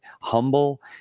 humble